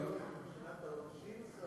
הן שונות מבחינת העונשים?